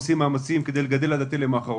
אנחנו עושים כדי לגדל עד התלם האחרון.